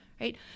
right